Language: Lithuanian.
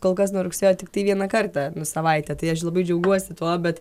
kol kas nuo rugsėjo tiktai vieną kartą nu savaitę tai aš labai džiaugiuosi tuo bet